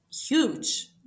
huge